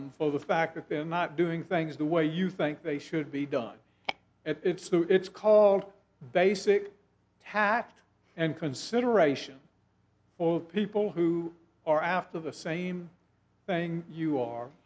on the fact that they're not doing things the way you think they should be done it's the it's called basic hatched and consideration of people who are after the same thing you are